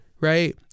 right